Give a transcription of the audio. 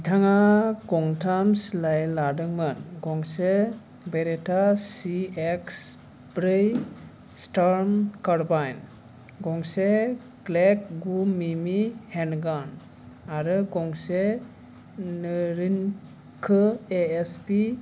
बिथाङा गंथाम सिलाइ लादोंमोन गंसे बेरेटा सी एक्स ब्रै स्टार्म कार्बाइन गंसे ग्लेक गु मिमी हेन्डगान आरो गंसे नोरिन्को ए एचपी